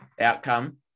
outcome